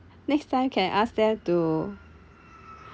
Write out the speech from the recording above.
next time can ask them to